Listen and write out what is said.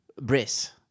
Briss